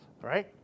Right